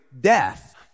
death